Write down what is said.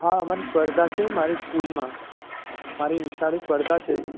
હાં મારે સ્પર્ધા છે મારે સ્કૂલમાં મારે નિશાળે સ્પર્ધા છે